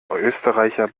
österreicher